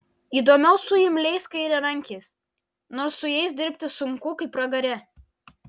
įdomiau su imliais kairiarankiais nors su jais dirbti sunku kaip pragare